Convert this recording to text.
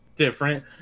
different